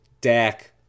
Dak